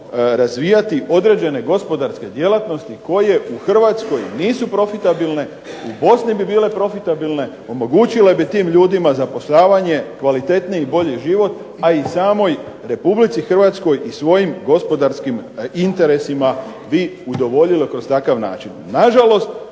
razvijati određene gospodarske djelatnosti koje u Hrvatskoj nisu profitabilne i poslije bi bile profitabilne, omogućile bi tim ljudima zapošljavanje, kvalitetniji i bolji život a i samoj Republici Hrvatskoj i svojim gospodarskim interesima bi udovoljili kroz takav način. Nažalost,